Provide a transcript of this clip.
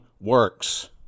works